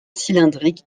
cylindrique